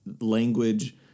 language